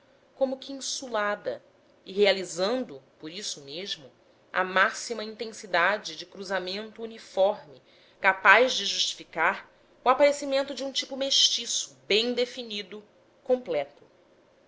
como que insulada e realizando por isso mesmo a máxima intensidade de cruzamento uniforme capaz de justificar o aparecimento de um tipo mestiço bem definido completo